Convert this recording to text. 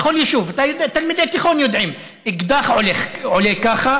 בכל יישוב,; תלמידי תיכון יודעים: אקדח עולה ככה,